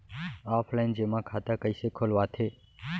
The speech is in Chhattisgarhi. ऑफलाइन जेमा खाता कइसे खोलवाथे?